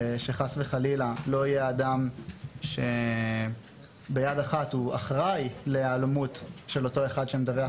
שחס וחלילה לא יהיה אדם שביד אחת הוא אחראי להיעלמות של אותו אחד שמדווח